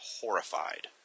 horrified